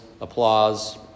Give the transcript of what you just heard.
applause